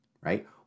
right